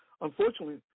unfortunately